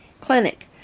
clinic